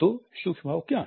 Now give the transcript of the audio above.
तो सूक्ष्म भाव क्या हैं